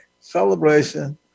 Celebration